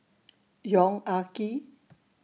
Yong Ah Kee